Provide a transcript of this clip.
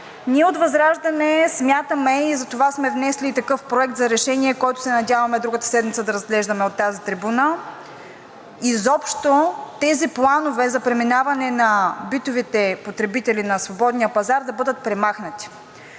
ние от ВЪЗРАЖДАНЕ смятаме и затова сме внесли и такъв проект за решение, който се надяваме другата седмица да разглеждаме от тази трибуна, изобщо тези планове за преминаване на битовите потребители на свободния пазар да бъдат премахнати.